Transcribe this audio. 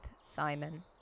Simon